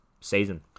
season